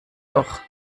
doch